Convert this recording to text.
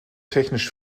technisch